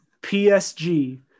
PSG